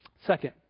Second